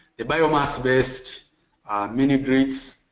the biomass based mini grids,